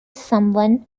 someone